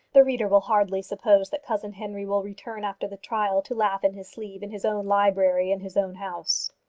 the reader will hardly suppose that cousin henry will return after the trial to laugh in his sleeve in his own library in his own house.